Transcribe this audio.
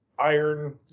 iron